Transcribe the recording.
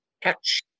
catch